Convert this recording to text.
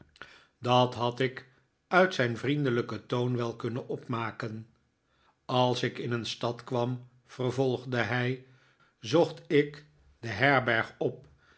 dat had ik uit zijn vriendelijken toon wel kunnen opmaken als ik in een stad kwam vervolgde hij zocht ik de herberg op